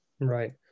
Right